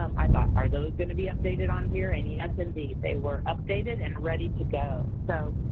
um i thought, are those gonna be updated on here? and yes indeed, they were updated and ready to go. so,